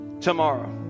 tomorrow